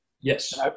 Yes